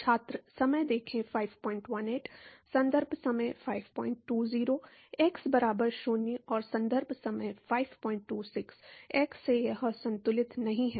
छात्र x से यह संतुलित नहीं है